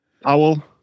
Powell